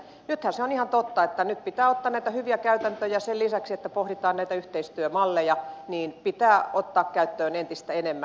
nythän se on ihan totta että nyt näitä hyviä käytäntöjä sen lisäksi että pohditaan näitä yhteistyömalleja pitää ottaa käyttöön entistä enemmän